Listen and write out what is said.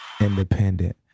independent